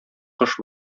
кош